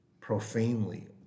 profanely